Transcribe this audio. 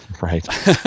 Right